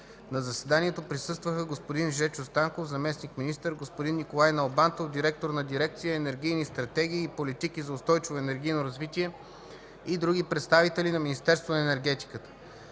На заседанието присъстваха господин Жечо Станков – заместник-министър, господин Николай Налбантов – директор на дирекция „Енергийни стратегии и политики за устойчиво енергийно развитие” и други представители на Министерство на енергетиката.